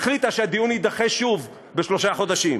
החליטה שהדיון יידחה שוב בשלושה חודשים.